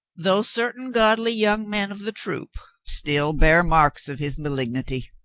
though certain godly young men of the troop still bear marks of his ma lignity.